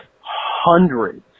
hundreds